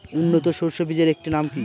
উন্নত সরষে বীজের একটি নাম কি?